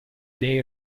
day